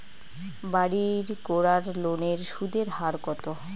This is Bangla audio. বাড়ির করার লোনের সুদের হার কত?